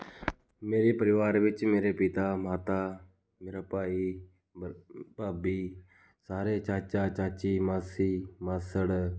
ਮੇਰੇ ਪਰਿਵਾਰ ਵਿੱਚ ਮੇਰੇ ਪਿਤਾ ਮਾਤਾ ਮੇਰਾ ਭਾਈ ਬ ਭਾਬੀ ਸਾਰੇ ਚਾਚਾ ਚਾਚੀ ਮਾਸੀ ਮਾਸੜ